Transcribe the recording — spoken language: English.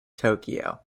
tokyo